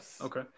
Okay